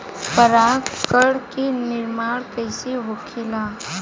पराग कण क निर्माण कइसे होखेला?